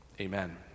Amen